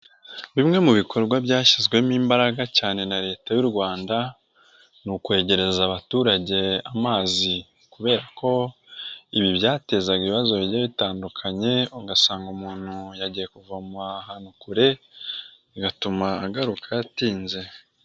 Bimwe mu bikorwa byashyizwemo imbaraga cyane na leta y'u Rwanda ni ukwegereza abaturage amazi kubera ko ibi byatezaga ibibazo bigiye bitandukanye ugasanga umuntu yagiye kuvoma ahantu kure bigatuma agaruka atinze.